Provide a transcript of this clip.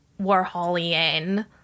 Warholian